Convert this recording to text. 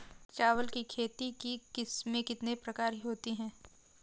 चावल की खेती की किस्में कितने प्रकार की होती हैं?